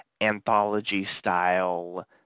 anthology-style